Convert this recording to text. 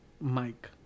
Mike